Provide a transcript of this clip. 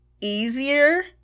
easier